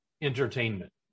entertainment